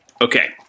okay